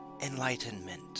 enlightenment